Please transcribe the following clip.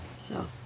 so.